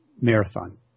marathon